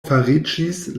fariĝis